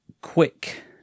quick